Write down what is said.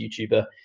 YouTuber